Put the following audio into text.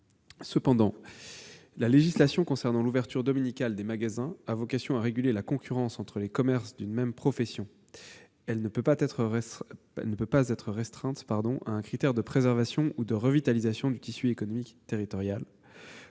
Cependant, la législation concernant l'ouverture dominicale des magasins a vocation à réguler la concurrence entre les commerces d'une même profession. Elle ne peut pas être restreinte à un critère de préservation ou de revitalisation du tissu économique territorial.